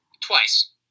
twice